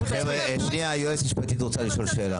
שנייה, היועצת המשפטית רוצה לשאול שאלה.